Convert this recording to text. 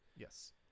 Yes